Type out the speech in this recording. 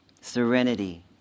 serenity